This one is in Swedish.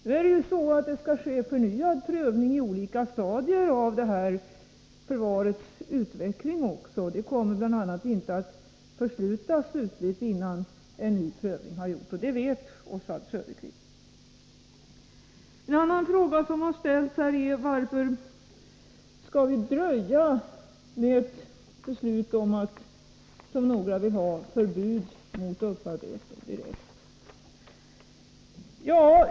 Nu skall det ske förnyad prövning i olika stadier av förvaringens utveckling — bl.a. kommer behållarna inte att förslutas slutligt innan en ny prövning har gjorts — och det vet Oswald Söderqvist. En annan fråga som har ställts här är: Varför skall vi dröja med ett beslut om direkt förbud mot upparbetning, som några vill ha?